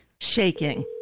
shaking